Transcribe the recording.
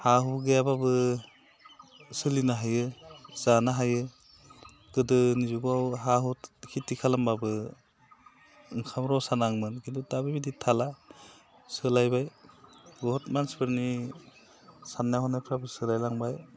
हा हु गैयाब्लाबो सोलिनो हायो जानो हायो गोदोनि जुगाव हा हु खेथि खालामब्लाबो ओंखाम रसा नाङोमोन खिन्थु दा बिदि थाला सोलायबाय बहुद मानसिफोरनि साननाय हनायाबो सोलायलांबाय